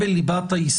הם בליבת העיסוק.